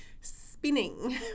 spinning